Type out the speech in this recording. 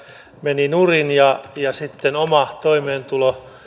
meni nurin ja ja sitten oma toimeentulo